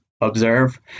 observe